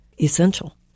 essential